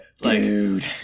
Dude